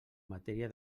matèria